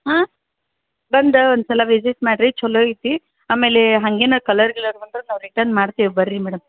ಹಾಂ ಬಂದು ಒಂದ್ಸಲ ವಿಸಿಟ್ ಮಾಡ್ರಿ ಛಲೋ ಐತಿ ಆಮೇಲೆ ಹಂಗೇನಾರ ಕಲರ್ ಗಿಲರ್ ಬಂದರೆ ನಾವು ರಿಟರ್ನ್ ಮಾಡ್ತೀವಿ ಬರ್ರಿ ಮೇಡಮ್